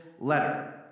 letter